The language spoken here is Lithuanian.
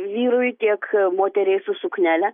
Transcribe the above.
vyrui tiek moteriai su suknele